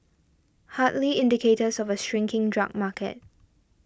hardly indicators of a shrinking drug market